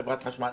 חברת חשמל,